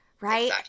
right